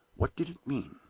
what did it mean?